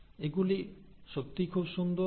এগুলি সত্যিই খুব সুন্দর